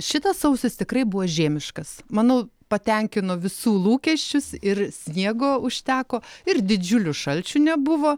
šitas sausis tikrai buvo žiemiškas manau patenkino visų lūkesčius ir sniego užteko ir didžiulių šalčių nebuvo